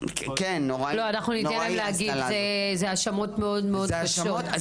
אלה האשמות מאוד קשות.